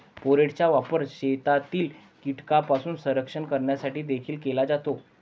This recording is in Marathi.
फोरेटचा वापर शेतातील कीटकांपासून संरक्षण करण्यासाठी देखील केला जातो